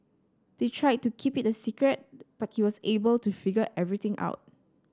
they tried to keep it a secret but he was able to figure everything out